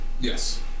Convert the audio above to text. Yes